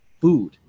food